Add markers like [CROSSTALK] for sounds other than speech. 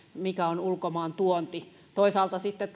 on ulkomaantuonti toisaalta sitten [UNINTELLIGIBLE]